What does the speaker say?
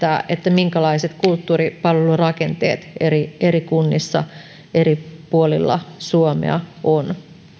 minkälaiset kulttuuripalvelurakenteet eri eri kunnissa eri puolilla suomea on